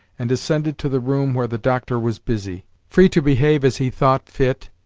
and ascended to the room where the doctor was busy. free to behave as he thought fit,